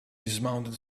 dismounted